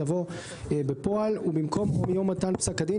יבוא "בפועל" ובמקום "או מיום מתן פסק הדין,